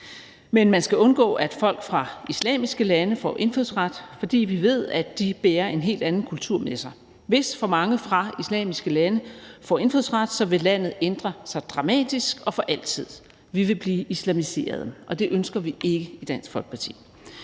Men man skal undgå, at folk fra islamiske lande får indfødsret, for vi ved, at de bærer en helt anden kultur med sig. Hvis for mange fra islamiske lande får indfødsret, vil landet ændre sig dramatisk og for altid. Vi vil blive islamiserede, og det ønsker vi ikke i Dansk Folkeparti.